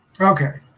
okay